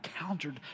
encountered